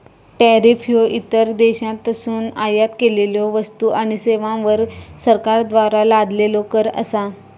tariff ह्यो इतर देशांतसून आयात केलेल्यो वस्तू आणि सेवांवर सरकारद्वारा लादलेलो कर असा